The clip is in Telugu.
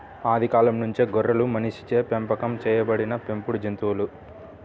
ఆది కాలం నుంచే గొర్రెలు మనిషిచే పెంపకం చేయబడిన పెంపుడు జంతువులు